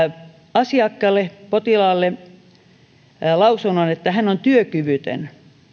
asiakkaalle potilaalle lausunnon että hän on työkyvytön